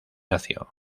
nació